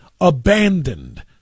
abandoned